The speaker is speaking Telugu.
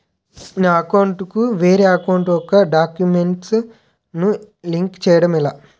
నా అకౌంట్ కు వేరే అకౌంట్ ఒక గడాక్యుమెంట్స్ ను లింక్ చేయడం ఎలా?